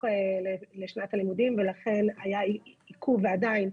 לשנת הלימודים ולכן היה עיכוב ועדיין,